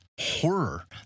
horror